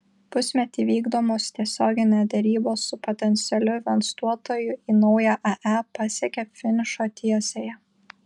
pusmetį vykdomos tiesioginė derybos su potencialiu investuotoju į naują ae pasiekė finišo tiesiąją